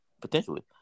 potentially